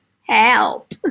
Help